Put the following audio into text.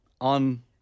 on